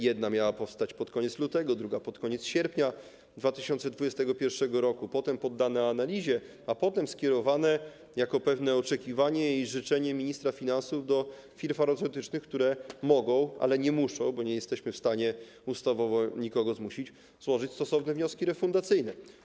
Jeden miał powstać pod koniec lutego, drugi pod koniec sierpnia 2021 r., potem były poddane analizie, a następnie skierowane jako pewne oczekiwanie i życzenie ministra finansów do firm farmaceutycznych, które mogą, ale nie muszą - bo nie jesteśmy w stanie ustawowo nikogo zmusić - złożyć stosowne wnioski refundacyjne.